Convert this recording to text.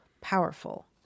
Powerful